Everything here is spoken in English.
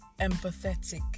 empathetic